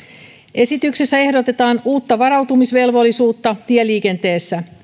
esityksessä ehdotetaan uutta varautumisvelvollisuutta tieliikenteessä